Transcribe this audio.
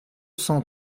cent